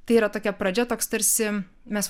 tai yra tokia pradžia toks tarsi mes